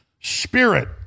spirit